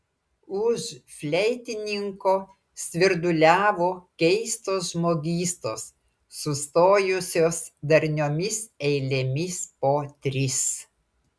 už fleitininko svirduliavo keistos žmogystos sustojusios darniomis eilėmis po tris